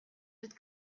with